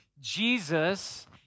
Jesus